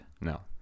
No